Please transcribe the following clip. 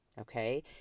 Okay